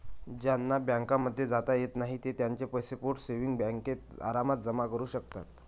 ज्यांना बँकांमध्ये जाता येत नाही ते त्यांचे पैसे पोस्ट सेविंग्स बँकेत आरामात जमा करू शकतात